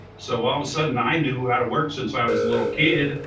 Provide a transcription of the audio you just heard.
so all of the sudden i knew how to work since i was a little kid.